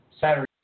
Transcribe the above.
Saturday